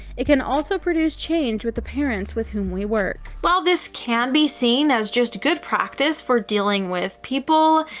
it can also produce change with the parents with whom we work. while this can be seen as just good practice for dealing with people,